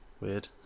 weird